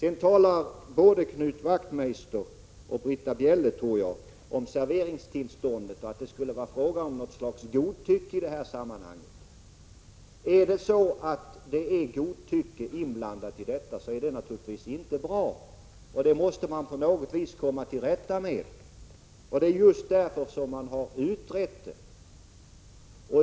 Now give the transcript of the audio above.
Knut Wachtmeister och möjligen också Britta Bjelle talade om serveringstillståndet och sade att det skulle vara fråga om något slags godtycke i det sammanhanget. Om det förekommer godtycke i sådana här frågor är det naturligtvis inte bra, och då måste man på något sätt komma till rätta med det. Det är just därför frågan har utretts.